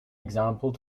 example